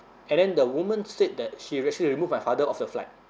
and then the woman said that she actually removed my father off the flight